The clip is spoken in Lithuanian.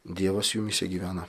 dievas jumyse gyvena